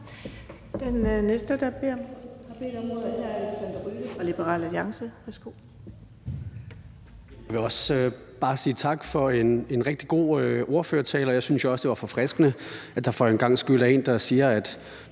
Alexander Ryle (LA): Jeg vil også bare sige tak for en rigtig god ordførertale, og jeg synes også, det var forfriskende, at der for en gangs skyld er en, der siger, at